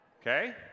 okay